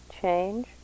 change